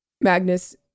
Magnus